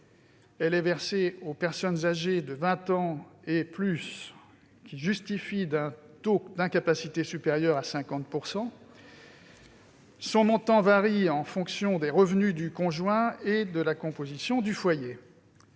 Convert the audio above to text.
Elle est versée aux personnes âgées de 20 ans et plus qui justifient d'un taux d'incapacité supérieur à 50 %. Son montant varie en fonction des revenus du conjoint et de la composition du foyer.